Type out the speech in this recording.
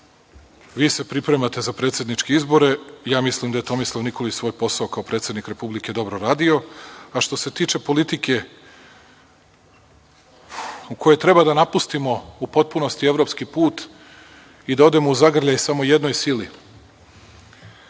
Vi se pripremate za predsedničke izbore. Ja mislim da je Tomislav Nikolić svoj posao kao predsednik Republike dobro radio, a što se tiče politike u kojoj treba da napustimo u potpunosti evropski put i da odemo u zagrljaj samo jednoj sili,